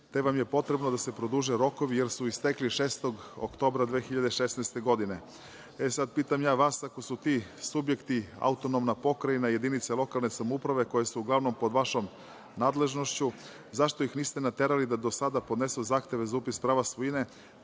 te vam je potrebno da se produže rokovi jer su istekli 6. oktobra 2016. godine. Sad pitam ja vas, ako su ti subjekti AP i jedinice lokalne samouprave, koje su uglavnom pod vašom nadležnošću, zašto ih niste naterali da do sada podnesu zahteve za upis prava svojine?